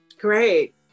Great